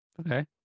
Okay